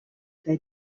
their